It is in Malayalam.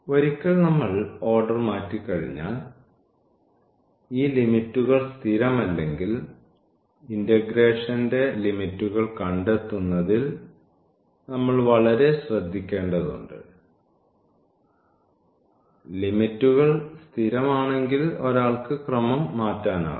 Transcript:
ഒരിക്കൽ നമ്മൾ ഓർഡർ മാറ്റിയാൽ ഈ ലിമിറ്റുകൾ സ്ഥിരമല്ലെങ്കിൽ ഇന്റഗ്രേഷന്റെ ലിമിറ്റുകൾ കണ്ടെത്തുന്നതിൽ നമ്മൾ വളരെ ശ്രദ്ധിക്കേണ്ടതുണ്ട് ലിമിറ്റുകൾ സ്ഥിരമാണെങ്കിൽ ഒരാൾക്ക് ക്രമം മാറ്റാനാകും